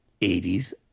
80s